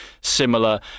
similar